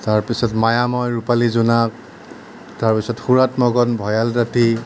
তাৰ পিছত মায়া মই ৰূপালী জোনাক তাৰ পিছত সুৰাত মগন ভয়াল ৰাতি